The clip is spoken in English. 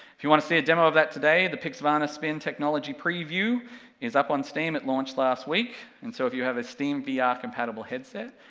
if you want to see a demo of that today, the pixvana spin technology preview is up on steam, it launched last week, and so if you have a steam ah vr-compatible headset,